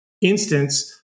instance